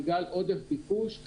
בגלל עודף ביקוש,